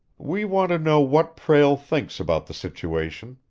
we want to know what prale thinks about the situation.